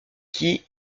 qui